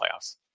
playoffs